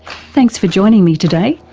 thanks for joining me today.